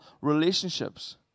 relationships